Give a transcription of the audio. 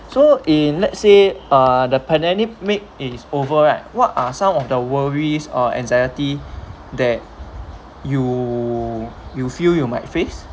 so in let's say uh the pandemic mic~ is over right what are some of the worries or anxiety that you you feel you might face